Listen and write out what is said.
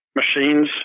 machines